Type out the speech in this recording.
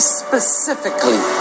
specifically